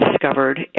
discovered